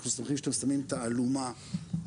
אנחנו שמחים שאתם שמים את האלומה לפני